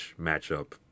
matchup